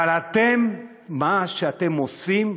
אבל אתם, מה שאתם עושים,